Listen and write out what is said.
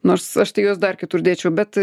nors aš tai juos dar kitur dėčiau bet